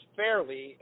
fairly